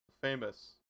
Famous